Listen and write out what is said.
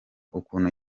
ukuntu